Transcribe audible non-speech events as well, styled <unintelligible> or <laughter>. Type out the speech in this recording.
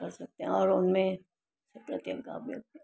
कर सकते और उन में <unintelligible>